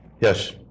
Yes